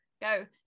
go